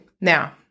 Now